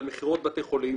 על מכירות לבתי חולים,